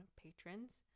patrons